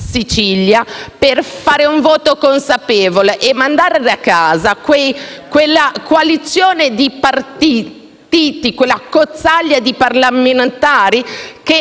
Sicilia, per esprimere un voto consapevole e mandare a casa quella coalizione di partiti, quell'accozzaglia di parlamentari, che